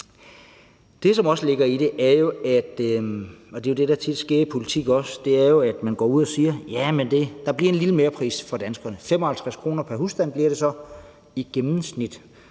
det, der tit sker i politik også, at man går ud og siger, at der bliver en lille merpris for danskerne. 55 kr. pr. husstand bliver det så i gennemsnit.